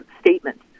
statement